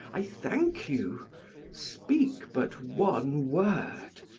i thank you speak but one word,